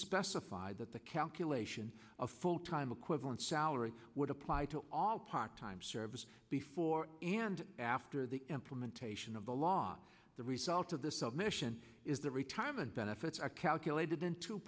specify that the calculation of full time equivalent salary would apply to all part time service before and after the implementation of the law the result of this omission is the retirement benefits are calculated in